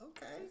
Okay